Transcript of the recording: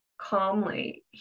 calmly